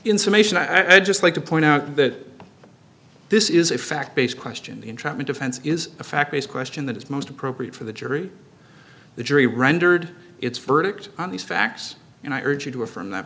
summation i'd just like to point out that this is a fact based question the entrapment defense is a fact based question that is most appropriate for the jury the jury rendered its verdict on these facts and i urge you to affirm that